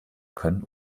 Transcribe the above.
können